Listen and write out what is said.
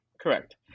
Correct